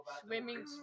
Swimming